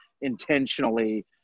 intentionally